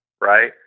right